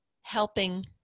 helping